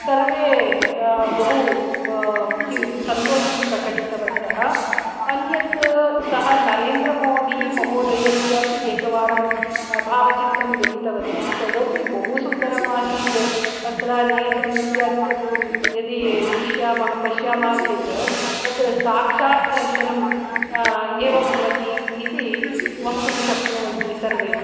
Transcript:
सर्वे बहु किं सन्तोषं प्रकटितवन्तः अन्यत् सः नरेन्द्रमोदीमहोदयस्य अपि एकवारं भावचित्रं लिखितवती तदपि बहुसुन्दरम् आसीत् तत्र नेत्रम् इत्यादिकं यदि दृश्यामः पश्यामः चेत् तत् साक्षात् दर्शनम् एव भवति इति वक्तुं शक्नुवन्ति सर्वे